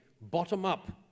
bottom-up